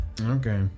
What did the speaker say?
Okay